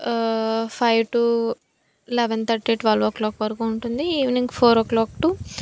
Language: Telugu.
five two eleven thirty twelve o'clock వరకూ ఉంటుంది evening four o'clock two